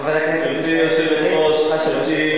חבר הכנסת מיכאל בן-ארי, לרשותך שלוש דקות.